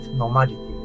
normality